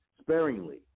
sparingly